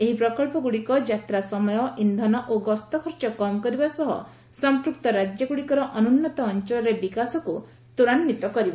ଏହି ପ୍ରକଳ୍ପଗୁଡ଼ିକ ଯାତ୍ରା ସମୟ ଇନ୍ଧନ ଗସ୍ତ ଖର୍ଚ୍ଚ କମ୍ କରିବା ସହ ସଂପୃକ୍ତ ରାଜ୍ୟଗୁଡ଼ିକର ଅନୁନ୍ନତ ଅଞ୍ଚଳରେ ବିକାଶକୁ ତ୍ୱରାନ୍ଧିତ କରିବ